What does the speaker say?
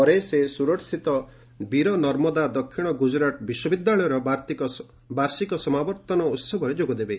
ପରେ ସେ ସୁରଟସ୍ଥିତ ବୀର ନର୍ମଦା ଦକ୍ଷିଣ ଗୁଜରାଟ୍ ବିଶ୍ୱବିଦ୍ୟାଳୟର ବାର୍ଷିକ ସମାବର୍ତ୍ତନ ଉତ୍ସବରେ ଯୋଗଦେବେ